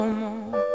more